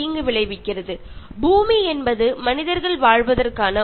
ജീവന്റെ തുടിപ്പുള്ളത് ഭൂമിയിൽ മാത്രമാണ്